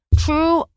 true